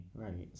right